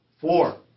Four